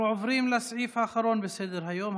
אנחנו עוברים לסעיף האחרון בסדר-היום,